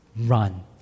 run